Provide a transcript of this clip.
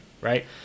Right